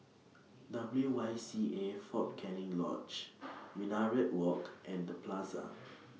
W Y C A Fort Canning Lodge Minaret Walk and The Plaza